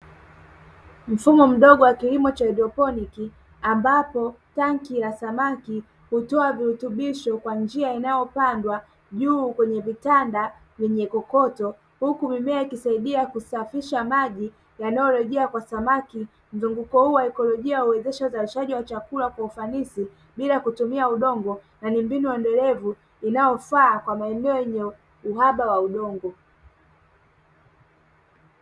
Mfumo mdogo wa kilimo cha haidroponi ambapo tanki la samaki hutoa virutubisho kwa njia inayopandwa juu kwenye vitanda vyenye kokoto, huku mimea ikisaidia kusafisha maji yanayorejea kwa samaki. Mzunguko huu wa ekolojia huwezesha uzalisha wa chakula kwa ufanisi bila kutumia udongo na ni mbinu endelevu inayofaa kwa maeneo yenye uhaba wa udongo.